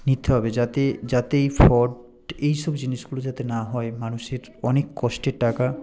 নিতে হবে যাতে যাতে এই ফ্রড এইসব জিনিসগুলো যাতে না হয় মানুষের অনেক কষ্টের টাকা